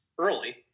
early